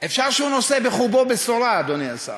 אפשר שהוא נושא בחובו בשורה, אדוני השר,